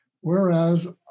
whereas